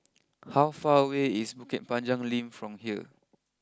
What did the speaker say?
how far away is Bukit Panjang Link from here